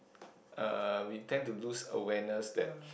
uh we tend to lose awareness that